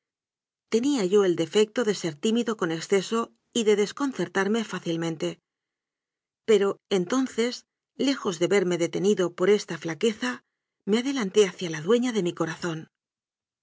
tenía yo el defecto de ser tími do con exceso y de desconcertarme fácilmente pero entonces lejos de verme detenido por esta flaqueza me adelanté hacia la dueña de mi